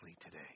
today